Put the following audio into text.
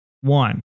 one